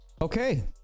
Okay